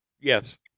Yes